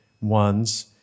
ones